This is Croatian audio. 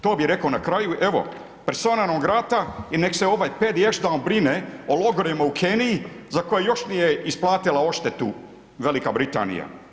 To bih rekao na kraju i evo persona non grata i neka se ovaj ... brine o logorima u Keniji za koje još nije isplatila odštetu Velika Britanija.